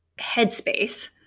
headspace